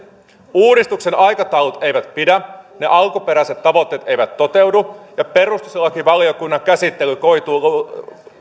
uudistuksen aikataulut eivät pidä ne alkuperäiset tavoitteet eivät toteudu ja perustuslakivaliokunnan käsittely koituu